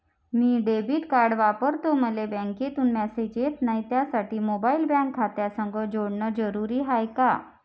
मी debit card वापरतो मले बँकेतून मॅसेज येत नाही, त्यासाठी मोबाईल बँक खात्यासंग जोडनं जरुरी हाय का?